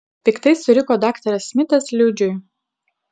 piktai suriko daktaras smitas liudžiui